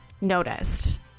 noticed